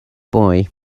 boy